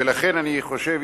ולכן אני חושב,